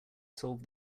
solved